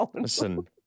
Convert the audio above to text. listen